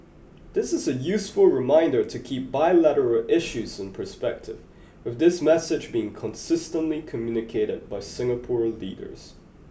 this is a useful reminder to keep bilateral issues in perspective with this message being consistently communicated by Singapore leaders